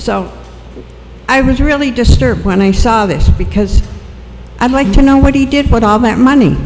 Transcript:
so i was really disturbed when i saw this because i'd like to know what he did but all that money